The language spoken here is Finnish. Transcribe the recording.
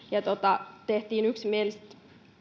tehtiin yksimieliset